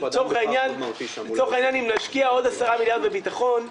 לצורך העניין, אם נשקיע עוד 10 מיליארד בביטחון,